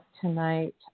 tonight